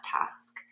task